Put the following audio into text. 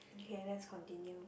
K let's continue